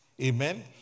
amen